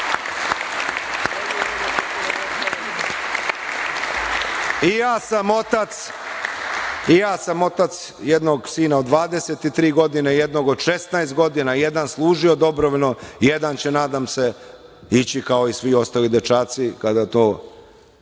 I ja sam otac jednog sina od 23 godine, jednog od 16 godina, jedan služio dobrovoljno, jedan će, nadam se, ići kao i svi ostali dečaci kada mu